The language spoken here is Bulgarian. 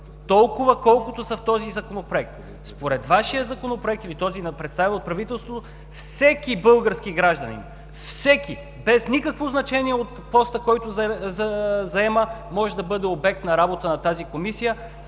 толкова, колкото са в този Законопроект. Според Вашия Законопроект или този на представения от Правителството, всеки български гражданин, всеки, без никакво значение от поста, който заема, може да бъде обект на работа на тази Комисия,